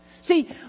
See